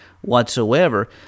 whatsoever